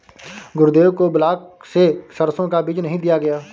गुरुदेव को ब्लॉक से सरसों का बीज नहीं दिया गया